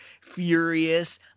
Furious